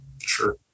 Sure